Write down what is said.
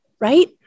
right